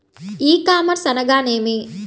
ఈ కామర్స్ అనగానేమి?